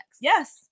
yes